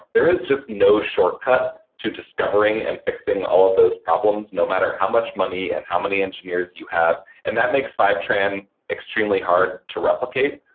there is just no shortcut to discovering and fixing all of those problems no matter how much money and how many engineers you have. and that makes fivetran extremely hard to replicate.